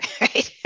right